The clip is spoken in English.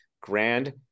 grand